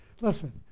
listen